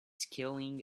scaling